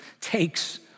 takes